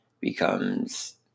becomes